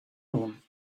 room